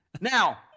Now